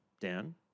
Dan